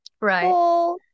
right